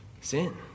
Sin